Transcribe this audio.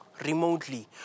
remotely